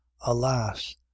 alas